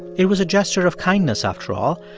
it was a gesture of kindness, after all.